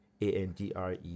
a-n-d-r-e